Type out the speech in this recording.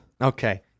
Okay